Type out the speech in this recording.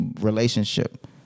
relationship